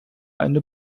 eine